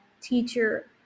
Teacher